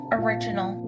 original